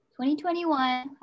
2021